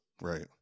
right